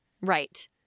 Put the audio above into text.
right